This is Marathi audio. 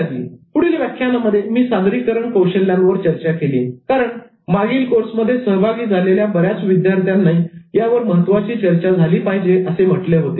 पुढील व्याख्यानामध्ये मी सादरीकरण कौशल्यांवर चर्चा केली कारण मागील कोर्समध्ये सहभागी झालेल्या बऱ्याच विद्यार्थ्यांनी यावर महत्त्वाची चर्चा झाली पाहिजे असे म्हटले होते